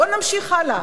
בוא נמשיך הלאה,